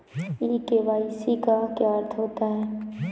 ई KYC का क्या अर्थ होता है?